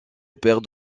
opère